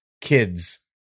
kids